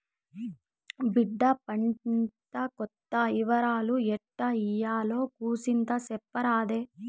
బిడ్డా పంటకోత ఇవరాలు ఎట్టా ఇయ్యాల్నో కూసింత సెప్పరాదే